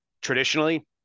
traditionally